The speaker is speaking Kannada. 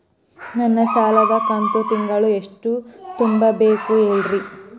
ನನ್ನ ಸಾಲದ ಕಂತು ತಿಂಗಳ ಎಷ್ಟ ತುಂಬಬೇಕು ಹೇಳ್ರಿ?